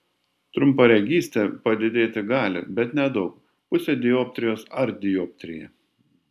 trumparegystė padidėti gali bet nedaug pusę dioptrijos ar dioptriją